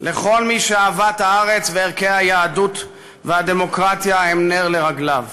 לכל מי שאהבת הארץ וערכי היהדות והדמוקרטיה הם נר לרגליו.